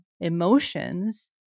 emotions